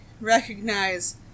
recognize